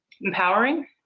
empowering